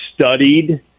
studied